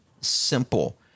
Simple